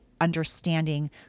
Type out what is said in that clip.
understanding